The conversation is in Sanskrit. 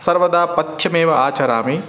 सर्वदा पथ्यमेव आचरामि